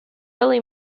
early